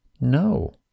No